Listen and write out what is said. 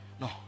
No